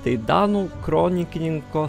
tai danų kronikininko